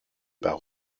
par